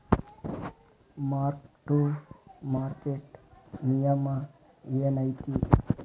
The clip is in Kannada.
ಮಾರ್ಕ್ ಟು ಮಾರ್ಕೆಟ್ ನಿಯಮ ಏನೈತಿ